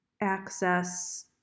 access